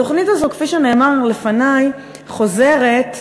התוכנית הזו, כפי שנאמר לפני, חוזרת,